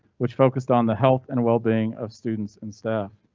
which focused on the health and well being of students and staff.